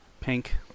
Pink